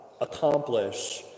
accomplish